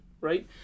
right